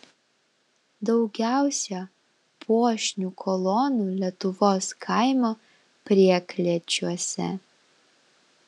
daugiausia puošnių kolonų lietuvos kaimo prieklėčiuose